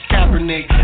Kaepernick